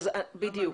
בדיוק.